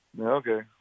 Okay